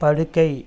படுக்கை